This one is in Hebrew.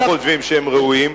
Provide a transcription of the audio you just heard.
שאנחנו חושבים שהם ראויים,